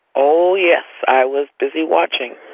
oh yes. i was busy watching.